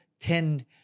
tend